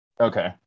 Okay